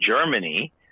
Germany